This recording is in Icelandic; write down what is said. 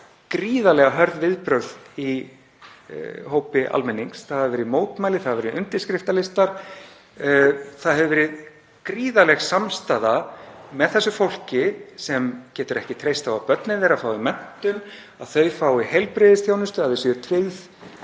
gríðarlega hörð viðbrögð hjá almenningi. Það hafa verið mótmæli, það hafa verið undirskriftalistar, það hefur verið gríðarleg samstaða með þessu fólki sem getur ekki treyst á að börnin þeirra fái menntun, að þau fái heilbrigðisþjónustu, að þau séu tryggð